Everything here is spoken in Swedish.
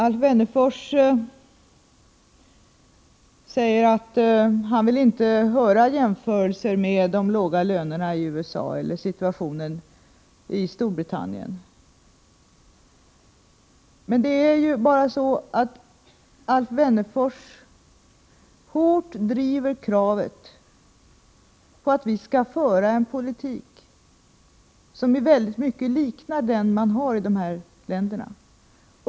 Alf Wennerfors säger att han inte vill höra jämförelser med de låga lönerna i USA eller situationen i Storbritannien. Men Alf Wennerfors driver ju hårt kravet på att vi skall föra en politik som i väldigt mycket liknar den man har i dessa länder.